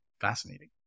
fascinating